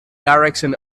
direction